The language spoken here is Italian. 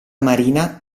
marina